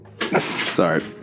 Sorry